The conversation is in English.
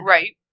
Right